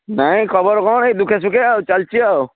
ନାହିଁ ଖବର କ'ଣ ଏଇ ଦୁଃଖେ ସୁଖେ ଆଉ ଚାଲିଛି ଆଉ